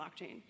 blockchain